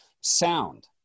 Sound